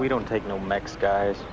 we don't take no mix guys